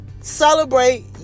Celebrate